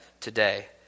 today